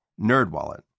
NerdWallet